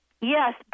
Yes